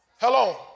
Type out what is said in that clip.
Hello